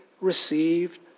received